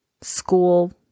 school